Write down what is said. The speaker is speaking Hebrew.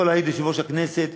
יכול להעיד יושב-ראש הכנסת,